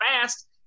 fast